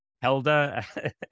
Hilda